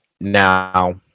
now